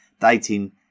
dating